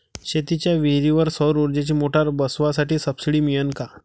शेतीच्या विहीरीवर सौर ऊर्जेची मोटार बसवासाठी सबसीडी मिळन का?